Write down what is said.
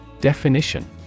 Definition